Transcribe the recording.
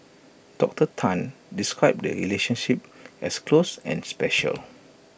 Doctor Tan described the relationship as close and special